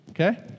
Okay